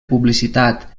publicitat